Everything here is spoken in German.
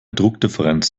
druckdifferenz